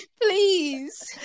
Please